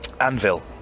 Anvil